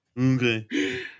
okay